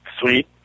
sweet